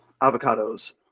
Avocados